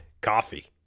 Coffee